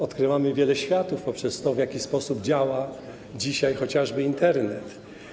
Odkrywamy wiele światów poprzez to, w jaki sposób działa dzisiaj chociażby Internet.